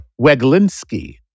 Weglinski